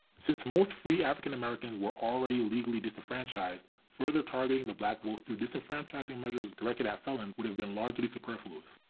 since most free african americans were already legally disenfranchised, further targeting the black vote through disenfranchising measures directed at felon would have been largely superfluous.